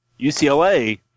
UCLA